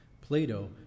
Plato